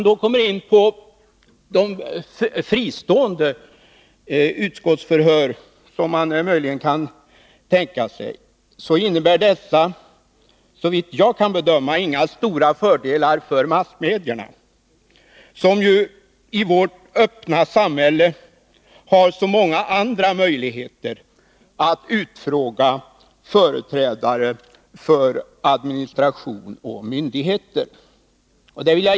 De fristående utskottsförhör som man möjligen kan tänka sig innebär, såvitt jag kan bedöma det, inga stora fördelar för massmedia, som ju i vårt öppna samhälle har så många andra möjligheter att utfråga företrädare för administration och myndigheter.